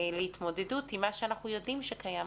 להתמודדות עם מה שאנחנו יודעים שקיים,